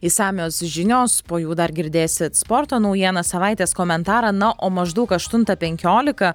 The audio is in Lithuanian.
išsamios žinios po jų dar girdėsit sporto naujienas savaitės komentarą na o maždaug aštuntą penkiolika